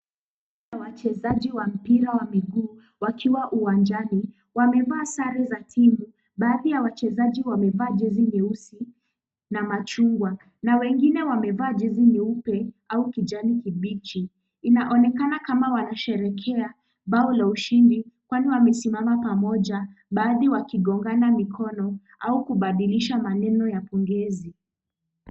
Wachezaji wa mpira ya mguu wakiwa uwanjani wamevaa Sare za timu baadhi ya wachezaji wamevaa jezi nyeusi na machungwa na wengine wamevaa jezi nyeupe au kijani kibichi inaonekana kama wanasherekea mbao la ushindi kwani wamesimama pamoja baadhi wanangongana Kwa mikono au kubadilisha maneno ya pogezi .